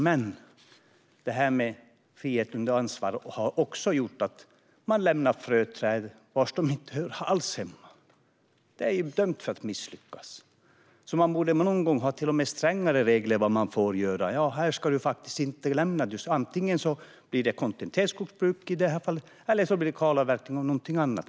Men detta med frihet under ansvar har också gjort att man lämnar fröträd där de inte alls hör hemma. Det är ju dömt att misslyckas. Någon gång borde man till och med ha strängare regler om vad man får göra och inte. Antingen bedriver man kontinuitetsskogsbruk eller så blir det kalavverkning.